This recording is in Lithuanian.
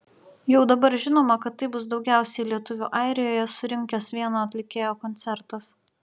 jau dabar žinoma kad tai bus daugiausiai lietuvių airijoje surinkęs vieno atlikėjo koncertas